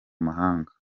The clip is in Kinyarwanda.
mahanga